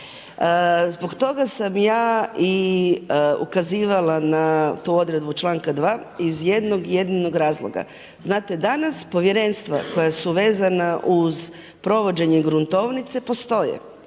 Zbog toga sam ja i ukazivala na tu odredbu članka 2 iz jednog jedinog razloga. Znate, danas povjerenstva koja su vezan uz provođenje gruntovnice postoje